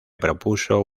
propuso